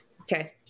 Okay